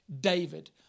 David